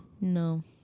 no